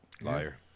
Liar